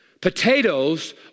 Potatoes